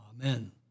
Amen